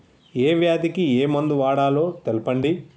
ఏ వ్యాధి కి ఏ మందు వాడాలో తెల్పండి?